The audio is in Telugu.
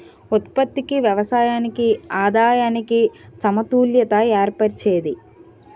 ఉత్పత్తికి వ్యయానికి ఆదాయానికి సమతుల్యత ఏర్పరిచేది